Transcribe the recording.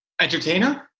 Entertainer